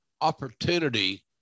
opportunity